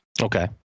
Okay